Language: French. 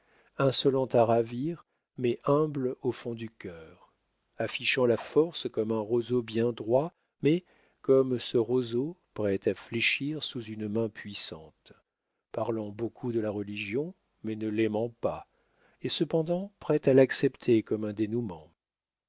insolente à ravir mais humble au fond du cœur affichant la force comme un roseau bien droit mais comme ce roseau prête à fléchir sous une main puissante parlant beaucoup de la religion mais ne l'aimant pas et cependant prête à l'accepter comme un dénoûment